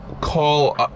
call